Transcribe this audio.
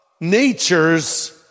nature's